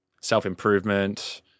self-improvement